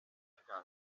que